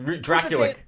Dracula